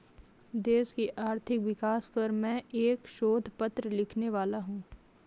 देश की आर्थिक विकास पर मैं एक शोध पत्र लिखने वाला हूँ